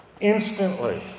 instantly